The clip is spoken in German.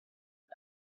und